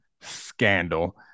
scandal